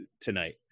tonight